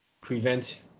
prevent